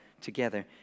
together